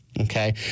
Okay